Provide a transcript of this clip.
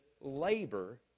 labor